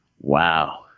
wow